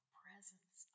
presence